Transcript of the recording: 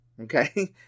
Okay